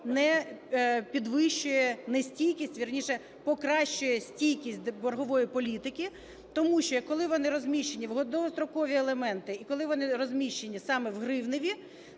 не підвищує нестійкість, вірніше, покращує стійкість боргової політики. Тому що коли вони розміщені в довгострокові елементи і коли вони розміщені саме в гривні,